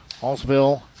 Hallsville